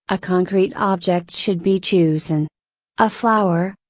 a concrete object should be chosen. a flower,